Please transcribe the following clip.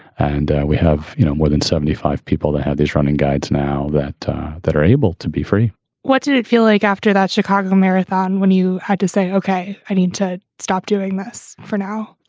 and we have you know more than seventy five people that have these running guides now that that are able to be free what did it feel like after that chicago marathon when you had to say, ok, i need to stop doing this for now?